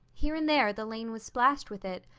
here and there the lane was splashed with it,